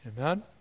Amen